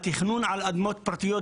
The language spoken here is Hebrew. התכנון גם על אדמות פרטיות.